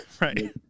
right